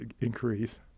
increase